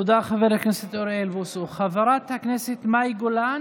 תמר זנדברג העבירה את הצעותיה לחברי הכנסת מוסי רז,